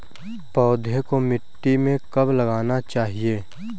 पौधें को मिट्टी में कब लगाना चाहिए?